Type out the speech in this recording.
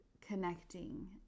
connecting